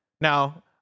Now